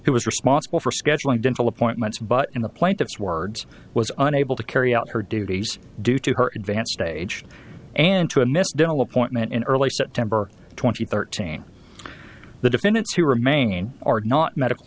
who was responsible for scheduling dental appointments but in the plaintiff's words was unable to carry out her duties due to her advanced age and to a misdemeanor pointman in early september twenty third team the defendants who remain are not medical